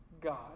God